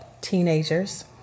teenagers